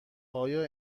آیا